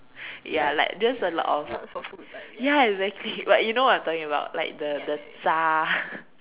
ya like just a lot of ya exactly but you know what I'm talking like the the 渣